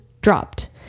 dropped